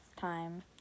time